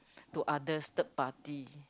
to others third party